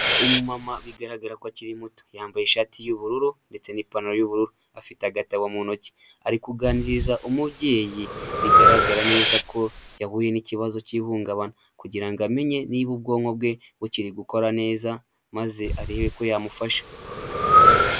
Umumama bigaragara ko akiri muto, yambaye ishati y'ubururu ndetse n'ipantaro y'ubururu. Afite agatabo mu ntoki, ari kuganiriza umubyeyi bigaragara neza ko yahuye n'ikibazo cy'ihungabana kugira ngo amenye niba ubwonko bwe bukiri gukora neza, maze arebe ko yamufasha.